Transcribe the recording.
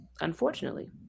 unfortunately